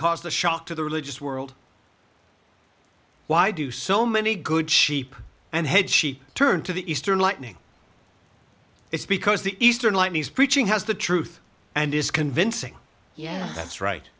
caused a shock to the religious world why do so many good sheep and head sheep turn to the eastern lightning it's because the eastern lightning is preaching has the truth and is convincing yeah that's right